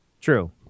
True